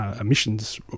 emissions